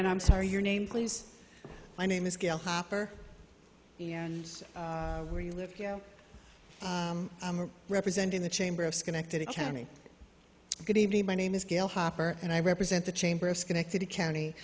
and i'm sorry your name please my name is gail hopper and where you live representing the chamber of schenectady county good evening my name is gail hopper and i represent the chamber of schenectady county